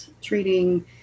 treating